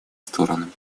сторонами